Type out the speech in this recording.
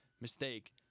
mistake